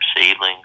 seedlings